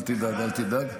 אל תדאג, אל תדאג.